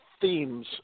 themes